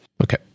Okay